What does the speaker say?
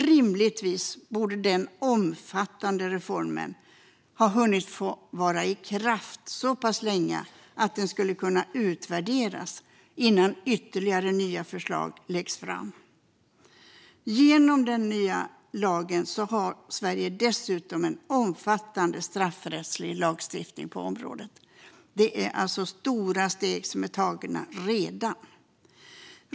Rimligtvis borde denna omfattande reform ha hunnit vara i kraft så pass länge att den skulle kunna utvärderas innan ytterligare nya förslag läggs fram. Genom den nya lagen har Sverige dessutom en omfattande straffrättslig lagstiftning på området. Det är stora steg som redan är tagna.